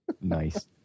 Nice